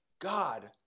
God